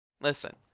listen